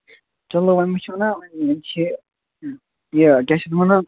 چلو وۅنۍ وُچھو نا وُنہِ چھِ یہِ کیٛاہ چھِ اتھ وَنان